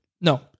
No